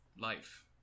life